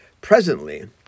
Presently